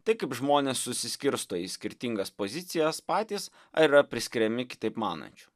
tai kaip žmonės susiskirsto į skirtingas pozicijas patys ar yra priskiriami kitaip manančių